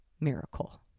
miracle